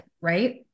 right